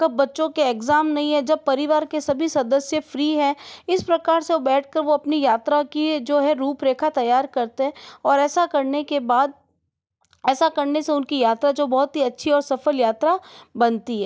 कब बच्चों के एग्जाम नहीं है जब परिवार के सभी सदस्य फ्री है इस प्रकार से बैठकर वह अपनी यात्रा की जो है रूपरेखा तैयार करते हैं और ऐसा करने के बाद ऐसा करने से उनकी यात्रा जो बहुत ही अच्छी और सफल यात्रा बनती है